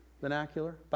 vernacular